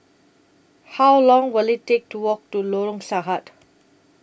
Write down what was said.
How Long Will IT Take to Walk to Lorong Sahad